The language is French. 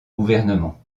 gouvernement